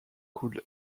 could